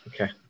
Okay